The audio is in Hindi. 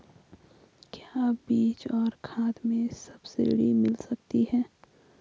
क्या बीज और खाद में सब्सिडी मिल जाती है?